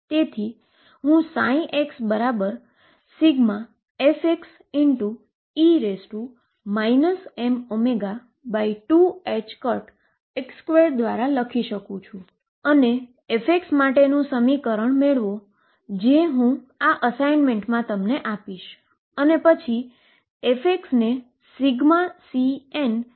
તેથી તમે હમણાં જ જોઈ શકો છો કે વધુ વેવ વધુ વેવ ફંક્શન એટલે કે ઉચ્ચ કાઈનેટીક એનર્જીની આજુ બાજુ ફર્યા કરે છે જેન ઉકેલો બરાબર સ્ટ્રીંગ વેવ જેવા જ છે